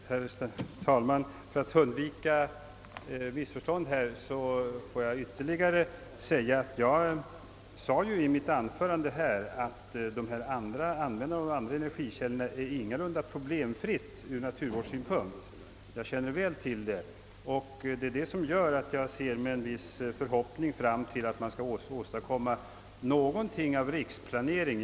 Herr talman! För att undvika missförstånd får jag påpeka, att jag i mitt förra anförande sade, att det ingalunda är problemfritt ur naturvårdssynpunkt att använda de andra energikällorna. Jag känner väl till det och ser med en viss förhoppning fram mot att man skall åstadkomma någonting av en riksplanering.